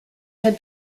had